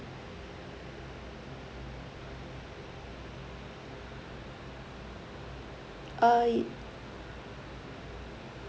uh ye~